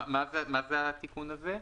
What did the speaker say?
מה זה התיקון הזה?